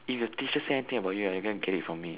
if the teacher say anything about you you're gonna get it from me